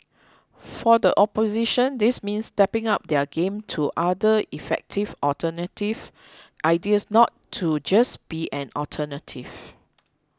for the opposition this means stepping up their game to other effective alternative ideas not to just be an alternative